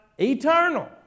eternal